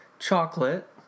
Chocolate